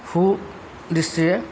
ভূ দৃষ্টিৰে